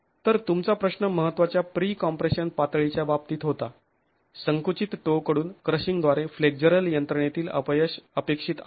तर तुमचा प्रश्न महत्त्वाच्या प्री कॉम्प्रेशन पातळीच्या बाबतीत होता संकुचित टो कडून क्रशिंगद्वारे फ्लेक्झरल यंत्रणेतील अपयश अपेक्षित आहे